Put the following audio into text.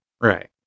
Right